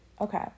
Okay